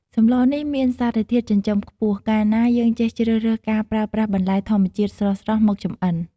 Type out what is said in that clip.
សម្លនេះមានសារធាតុចិញ្ចឹមខ្ពស់កាលណាយើងចេះជ្រើសរើសការប្រើប្រាស់បន្លែធម្មជាតិស្រស់ៗមកចម្អិន។